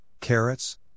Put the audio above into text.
carrots